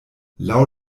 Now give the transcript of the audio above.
laŭ